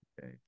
Okay